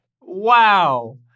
Wow